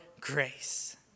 grace